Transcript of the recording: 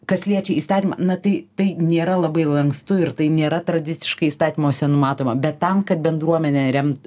kas liečia įstatymą na tai tai nėra labai lankstu ir tai nėra tradiciškai įstatymuose matoma bet tam kad bendruomenę remt